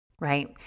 Right